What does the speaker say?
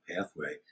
pathway